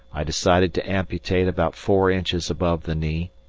i decided to amputate about four inches above the knee,